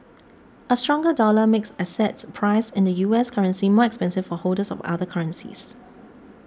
a stronger dollar makes assets priced in the U S currency much expensive for holders of other currencies